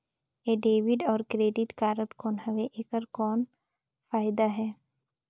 ये डेबिट अउ credit card कौन हवे एकर कौन फाइदा हे?